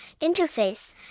Interface